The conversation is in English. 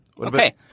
Okay